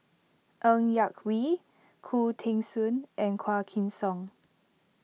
Ng Yak Whee Khoo Teng Soon and Quah Kim Song